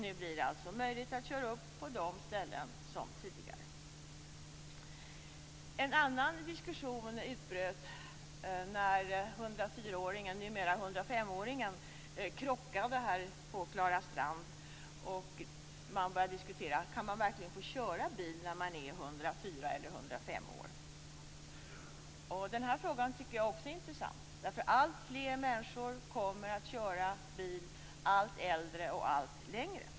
Nu blir det alltså möjligt att köra upp på de ställen som det har varit möjligt att köra upp på tidigare. En annan diskussion utbröt när 104-åringen - numera 105-åringen - krockade på Klara strand. Man började diskutera om man verkligen skall få köra bil när man är 104 eller 105 år. Denna fråga tycker jag också är intressant. Alltfler människor kommer att köra bil allt äldre och allt längre.